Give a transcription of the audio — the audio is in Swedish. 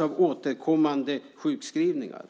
av återkommande sjukskrivningar.